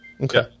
Okay